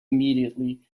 immediately